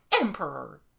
Emperor